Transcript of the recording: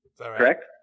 Correct